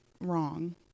wrong